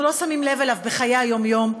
אנחנו לא שמים לב אליו בחיי היום-יום.